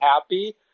happy